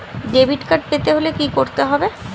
Debit card পেতে হলে কি করতে হবে?